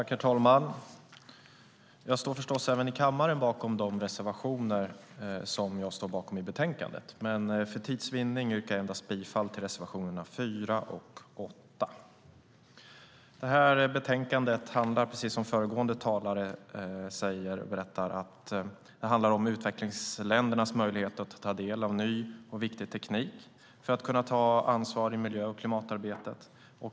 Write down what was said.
Herr talman! Jag står förstås även i kammaren bakom de reservationer som jag står bakom i betänkandet, men för tids vinnande yrkar jag bifall endast till reservationerna 4 och 8. Det här betänkandet handlar om immaterialrättsliga frågor, precis som föregående talare sade. Det handlar om utvecklingsländernas möjlighet att ta del av ny och viktig teknik för att kunna ta ansvar i miljö och klimatarbetet.